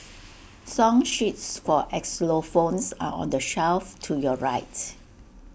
song sheets for xylophones are on the shelf to your right